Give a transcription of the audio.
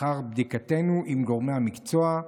לאחר בדיקתנו עם גורמי המקצוע,